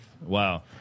Wow